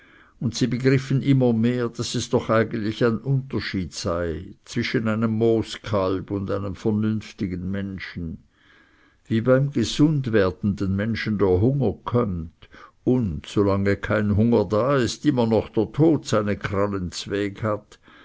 und sie begriffen immer mehr daß es doch eigentlich ein unterschied sei zwischen einem mooskalb und einem vernünftigen menschen wie beim gesund werdenden menschen der hunger kömmt und solange kein hunger da ist immer noch der tod seine krallen zweg hat